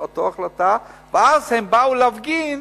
ואז הם באו להפגין,